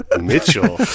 mitchell